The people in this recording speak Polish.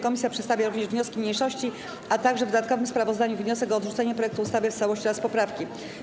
Komisja przedstawia również wnioski mniejszości, a także w dodatkowym sprawozdaniu wniosek o odrzucenie projektu ustawy w całości oraz poprawki.